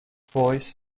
boys